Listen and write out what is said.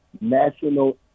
national